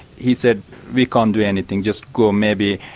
he said we can't do anything, just go maybe,